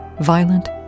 violent